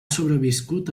sobreviscut